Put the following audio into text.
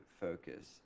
focus